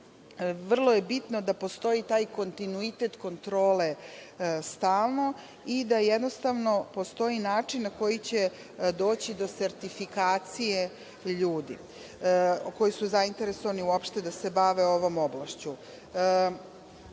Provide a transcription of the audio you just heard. je bitno da postoji taj kontinuitet kontrole stalno i da jednostavno postoji način na koji će doći do sertifikacije ljudi koji su zainteresovani uopšte da se bave ovom oblašću.